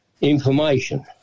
information